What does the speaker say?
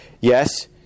Yes